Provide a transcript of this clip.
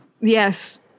Yes